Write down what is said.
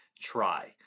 try